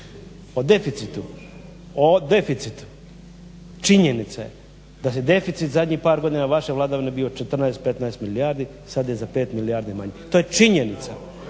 drugi put. O deficitu, činjenica je da se deficit zadnjih par godina vaše vladavine je bio 14, 15 milijardi. Sad je za pet milijardi manji. To je činjenica.